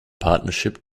partnership